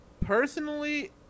personally